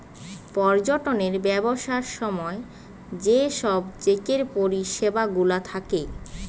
পর্যটনের ব্যবসার সময় যে সব চেকের পরিষেবা গুলা থাকে